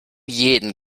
jedem